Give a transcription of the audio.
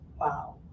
wow